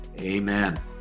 Amen